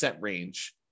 range